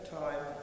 time